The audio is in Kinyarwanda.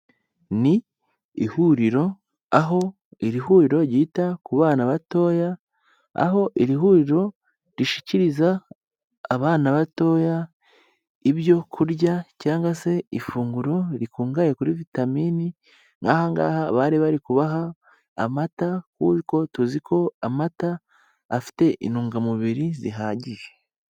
Ni ihuriro, aho iri huriro ryita ku bana batoya, aho iri huriro rishyikiriza abana batoya ibyo kurya cyangwa se ifunguro rikungahaye kuri vitamini, nk'aha ngaha bari bari kubaha amata kuko tuzi ko amata afite intungamubiri zihagije.